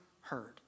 heard